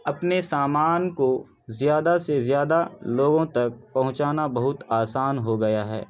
اپنے سامان کو زیادہ سے زیادہ لوگوں تک پہنچانا بہت آسان ہو گیا ہے